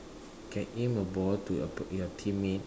you can aim the ball to your teammate